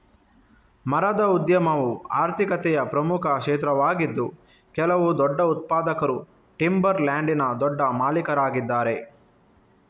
ಮರದ ಉದ್ಯಮವು ಆರ್ಥಿಕತೆಯ ಪ್ರಮುಖ ಕ್ಷೇತ್ರವಾಗಿದ್ದು ಕೆಲವು ದೊಡ್ಡ ಉತ್ಪಾದಕರು ಟಿಂಬರ್ ಲ್ಯಾಂಡಿನ ದೊಡ್ಡ ಮಾಲೀಕರಾಗಿದ್ದಾರೆ